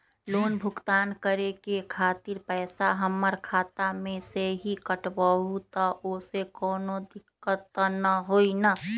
Loan भुगतान करे के खातिर पैसा हमर खाता में से ही काटबहु त ओसे कौनो दिक्कत त न होई न?